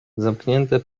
zamknięte